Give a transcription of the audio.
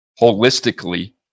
holistically